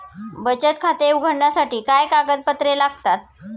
बचत खाते उघडण्यासाठी काय कागदपत्रे लागतात?